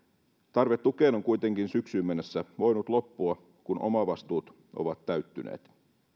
tarve tukeen on kuitenkin syksyyn mennessä voinut loppua kun omavastuut ovat täyttyneet